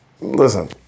Listen